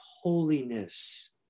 holiness